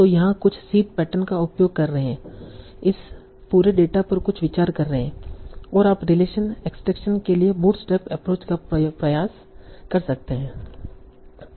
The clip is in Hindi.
तो यहाँ कुछ सीड पैटर्न का उपयोग कर रहे है इस पूरे डेटा पर कुछ विचार कर रहे है और आप रिलेशन एक्सट्रैक्शन के लिए बूटस्ट्रैप एप्रोच का प्रयास कर सकते हैं